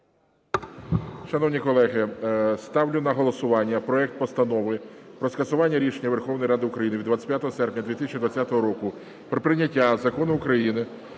Шановні колеги, ставлю на голосування проект Постанови про скасування рішення Верховної Ради України від 25 серпня 2020 року про прийняття Закону України